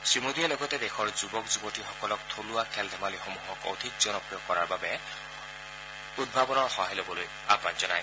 শ্ৰীমোদীয়ে লগতে দেশৰ যুৱক যুৱতীসকলক থলুৱা খেল ধেমালিসমূহক অধিক জনপ্ৰিয় কৰাৰ বাবে উদ্ভাৱনীৰ সহায় লবলৈ আহান জনায়